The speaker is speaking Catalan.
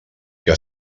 que